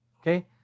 Okay